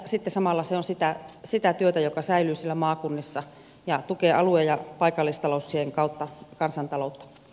sitten samalla se on sitä työtä joka säilyy siellä maakunnissa ja tukee alue ja paikallistalouksien kautta kansantaloutta